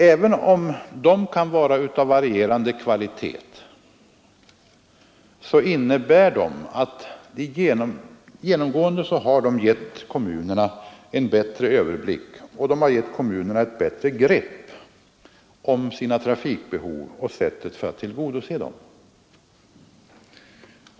Även om de kan vara av varierande kvalitet, så har de genomgående givit kommunerna en bättre överblick och ett bättre grepp om trafikbehoven och sättet att tillgodose dem.